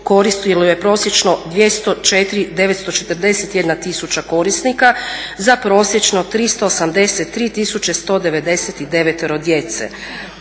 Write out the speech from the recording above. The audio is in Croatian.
koristilo je prosječno 204.941 korisnika za prosječno 383.199 djece.